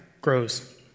grows